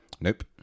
Nope